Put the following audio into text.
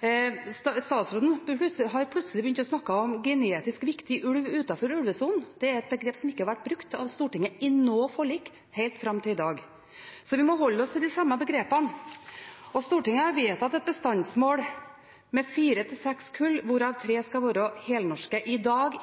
0,5. Statsråden har plutselig begynt å snakke om genetisk viktig ulv utenfor ulvesonen. Det er et begrep som ikke har vært brukt av Stortinget i noe forlik fram til i dag. Vi må holde oss til de samme begrepene. Stortinget har vedtatt et bestandsmål på fire–seks kull, hvorav tre skal være helnorske. I dag